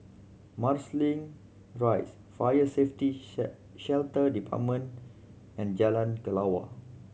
Marsiling Rise Fire Safety Shelter Department and Jalan Kelawar